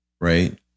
right